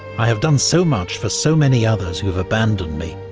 i have done so much for so many others who've abandoned me.